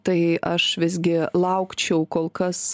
tai aš visgi laukčiau kol kas